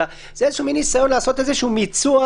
אלא זה איזשהו ניסיון לעשות מן מיצוע